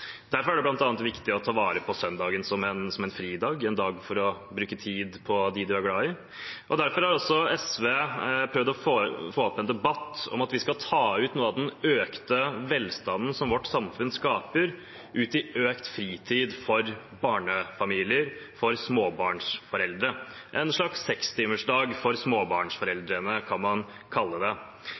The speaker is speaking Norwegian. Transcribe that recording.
Derfor er det bl.a. viktig å ta vare på søndagen som en fridag, en dag da man kan bruke tid på dem man er glad i. Derfor har også SV prøvd å få til en debatt om at vi skal ta ut noe av den økte velstanden som samfunnet vårt skaper, i økt fritid for barnefamilier, for småbarnsforeldre – en slags sekstimersdag for småbarnsforeldrene, kan man kalle det.